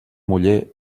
muller